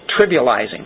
trivializing